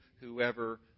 whoever